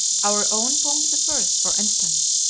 our own pomp the first, for instance,